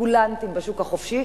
לספקולנטים בשוק החופשי,